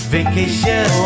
Vacation